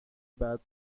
بعد